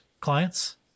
clients